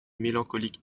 mélancolique